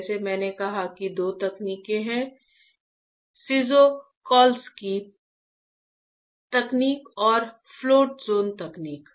जैसे मैंने कहा कि दो तकनीकें हैं सीज़ोक्राल्स्की तकनीक